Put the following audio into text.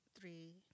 Three